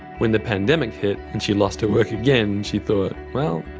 when the pandemic hit and she lost her work again she thought, well,